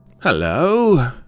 Hello